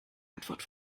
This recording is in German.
antwort